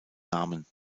namen